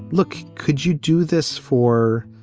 look, could you do this for